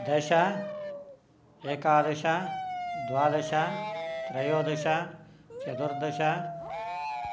दश एकादश द्वादश त्रयोदश चतुर्दश